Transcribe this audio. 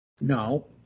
No